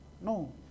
No